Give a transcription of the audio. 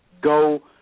go